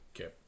Okay